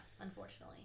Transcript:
unfortunately